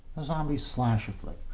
a zombie slasher flick.